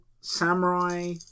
samurai